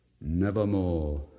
nevermore